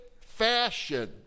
fashion